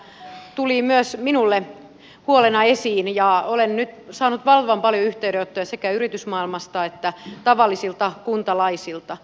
nimittäin tämä tuli myös minulle huolena esiin ja olen nyt saanut valtavan paljon yhteydenottoja sekä yritysmaailmasta että tavallisilta kuntalaisilta